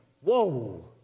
Whoa